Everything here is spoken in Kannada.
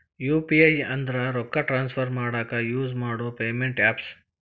ಯು.ಪಿ.ಐ ಅಂದ್ರ ರೊಕ್ಕಾ ಟ್ರಾನ್ಸ್ಫರ್ ಮಾಡಾಕ ಯುಸ್ ಮಾಡೋ ಪೇಮೆಂಟ್ ಆಪ್ಸ್